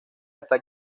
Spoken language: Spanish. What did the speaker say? hasta